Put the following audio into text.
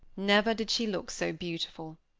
never did she look so beautiful.